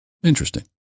Interesting